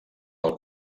pel